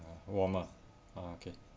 warmer okay